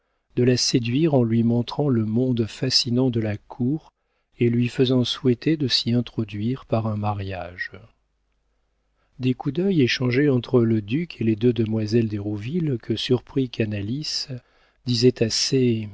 de la séduire en lui montrant le monde fascinant de la cour et lui faisant souhaiter de s'y introduire par un mariage des coups d'œil échangés entre le duc et les deux demoiselles d'hérouville que surprit canalis disaient assez